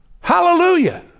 Hallelujah